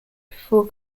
before